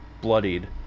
bloodied